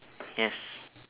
yes